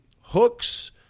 Hooks